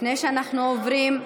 לפני שאנחנו עוברים,